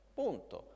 punto